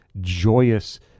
joyous